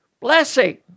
Blessing